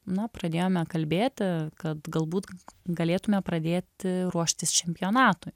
na pradėjome kalbėti kad galbūt galėtume pradėti ruoštis čempionatui